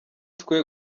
twe